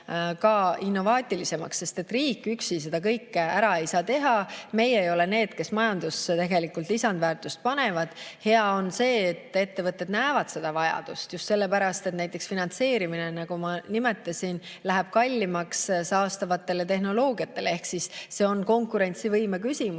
innovaatilisemaks, sest riik üksi seda kõike ära teha ei saa. Meie ei ole need, kes majandusse lisandväärtust panevad. Hea on see, et ettevõtted näevad seda vajadust, just sellepärast, et näiteks finantseerimine, nagu ma nimetasin, läheb saastavate tehnoloogiate puhul kallimaks. See on konkurentsivõime küsimus